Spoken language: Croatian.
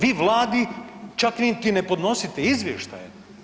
Vi Vladi čak niti ne podnosite izvještaje.